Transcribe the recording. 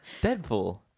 Deadpool